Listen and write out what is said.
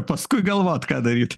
paskui galvot ką daryti